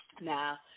Now